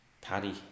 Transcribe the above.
Paddy